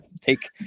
Take